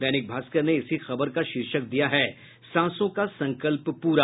दैनिक भास्कर ने इसी खबर का शीर्षक दिया है सांसों का संकल्प पूरा